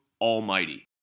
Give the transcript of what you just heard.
ALMIGHTY